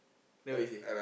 then what he say